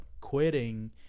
quitting